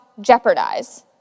jeopardize